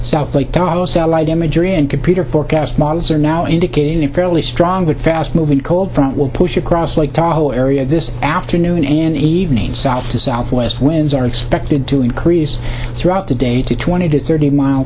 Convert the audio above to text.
south lake tahoe satellite imagery and computer forecast models are now indicating a fairly strong but fast moving cold front will push across lake tahoe area this afternoon and evening south to southwest winds are expected to increase throughout the day to twenty to thirty mile